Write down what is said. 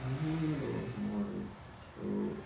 میٛون role model چھُ